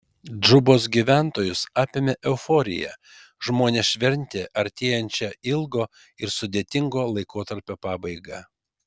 džubos gyventojus apėmė euforija žmonės šventė artėjančią ilgo ir sudėtingo laikotarpio pabaigą